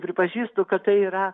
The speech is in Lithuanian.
pripažįstu kad tai yra